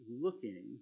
looking